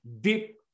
deep